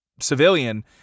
civilian